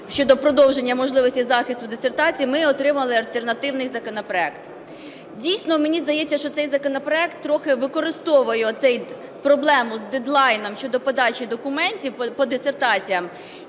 щодо продовження можливостей захисту дисертацій, ми отримали альтернативний законопроект. Дійсно, мені здається, що цей законопроект трохи використовує оцю проблему з дедлайном щодо подачі документів по дисертаціях,